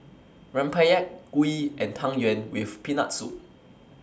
Rempeyek Kuih and Tang Yuen with Peanut Soup